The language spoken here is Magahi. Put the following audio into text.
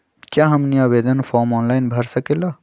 क्या हमनी आवेदन फॉर्म ऑनलाइन भर सकेला?